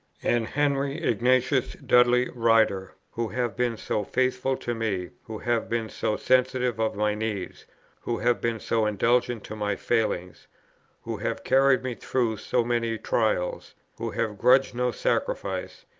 and henry ignatius dudley ryder? who have been so faithful to me who have been so sensitive of my needs who have been so indulgent to my failings who have carried me through so many trials who have grudged no sacrifice,